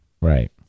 Right